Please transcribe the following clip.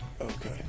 Okay